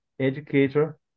educator